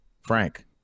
Frank